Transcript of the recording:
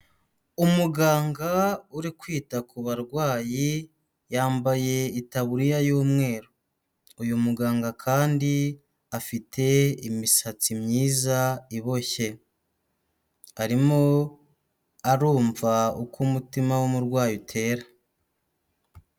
Umuganga uri kwita ku barwayi, yambaye itaburiya y'umweru. Uyu muganga kandi afite imisatsi myiza iboshye. Arimo arumva uko umutima w'umurwayi utera.